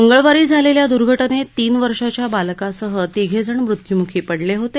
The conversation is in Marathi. मंगळवारी झालेल्या द्र्घटनेत तीन वर्षाच्या बालकासह तिघेजण मृत्यूमुखी पडले होते